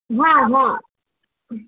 हा हा